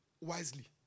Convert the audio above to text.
wisely